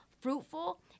fruitful